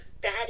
bad